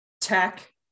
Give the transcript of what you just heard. Tech